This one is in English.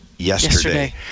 yesterday